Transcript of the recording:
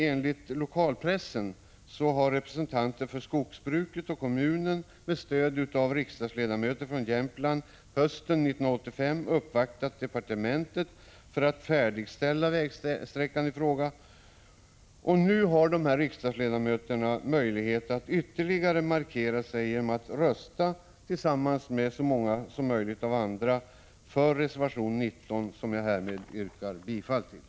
Enligt lokalpressen har representanter för skogsbruket och kommunen, med stöd av riksdagsledamöter från Jämtlands län, hösten 1985 uppvaktat departementet för att få vägsträckan i fråga färdigställd. Nu har alltså de här riksdagsledamöterna möjlighet att göra ytterligare en markering genom att rösta, tillsammans med andra, för reservation 19, som jag härmed yrkar bifall till.